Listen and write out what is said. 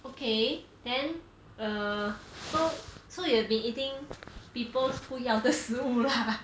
okay then err so so you have been eating people's 不要的食物 lah